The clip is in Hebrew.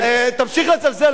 תמשיך לזלזל,